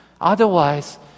Otherwise